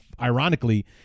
ironically